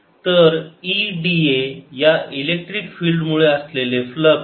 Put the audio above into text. तर E da या electric field मुळे असलेले फ्लक्स